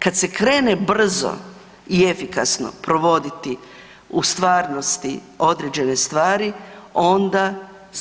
Kad se krene brzo i efikasno provoditi u stvarnosti određene stvari onda